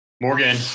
Morgan